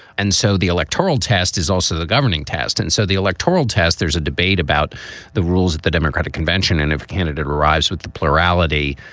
and so the electoral test is also the governing test. and so the electoral test, there's a debate about the rules at the democratic convention. and if a candidate arrives with the plurality,